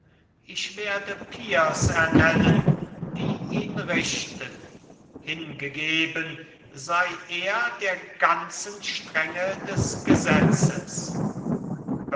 ich werde peers ernennen die ihn richten hingegeben sei er der ganzen strenge des gesetzes